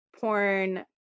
porn